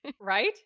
Right